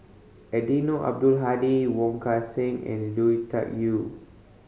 Eddino Abdul Hadi Wong Kan Seng and Lui Tuck Yew